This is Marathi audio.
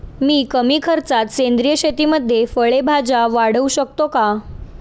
मी कमी खर्चात सेंद्रिय शेतीमध्ये फळे भाज्या वाढवू शकतो का?